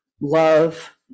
love